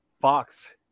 Fox